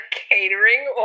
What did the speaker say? catering